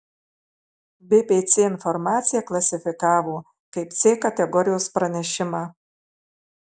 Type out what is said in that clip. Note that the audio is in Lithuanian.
bpc informaciją klasifikavo kaip c kategorijos pranešimą